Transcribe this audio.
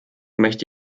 möchte